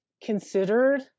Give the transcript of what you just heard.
considered